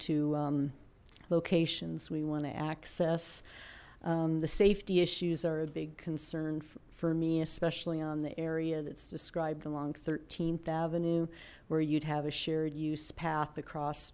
two locations we want to access the safety issues are a big concern for me especially on the area that's described along th avenue where you'd have a shared use paths across